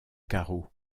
carreau